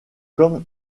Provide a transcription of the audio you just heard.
comme